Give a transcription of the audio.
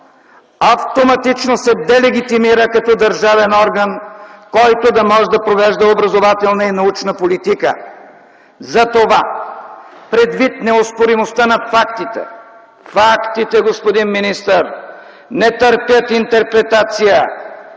автоматично се делегитимира като държавен орган, който да може да провежда образователна и научна политика. Затова предвид неоспоримостта на фактите, фактите, господин министър, не търпят интерпретация,